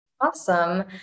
Awesome